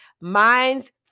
Minds